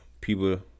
people